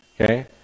Okay